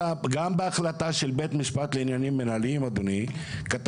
בהחלטה של בית המשפט לעניינים מינהליים כתב